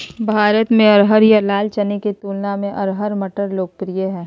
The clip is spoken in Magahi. भारत में अरहर या लाल चने के तुलना में अरहर मटर लोकप्रिय हइ